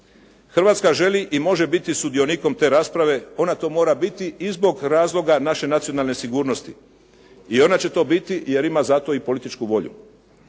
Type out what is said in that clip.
Hrvatska želi i može biti sudionikom te rasprave, ona to mora biti i zbog razloga naše nacionalne sigurnosti, jer ona će to biti, jer ima za to i političku volju.